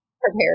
prepared